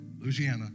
Louisiana